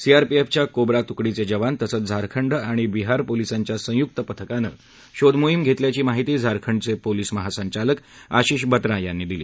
सीआरपीएफच्या कोब्रा तुकडीचे जवान तसंच झारखंड आणि बिहार पोलिसांच्या संयुक्त पथकानं शोधमोहिम घेतल्याची माहिती झारखंडचे पोलिस महासंचालक आशिष बात्रा यांनी दिली